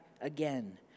again